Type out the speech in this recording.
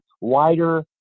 wider